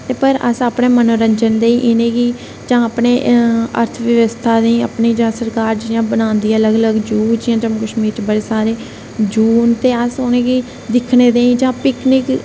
एह् पर अस अपने मनोरंजन लेई इनेंगी जां अपने अर्थ ब्याबस्था दे अपनी सरकार बनांदी ऐ अलग अलग जू़ च जम्मू कशमीर च बडे़ सारे जू़ ना ते अस उनेंगी दिक्खने दी पिकनिक